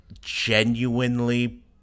genuinely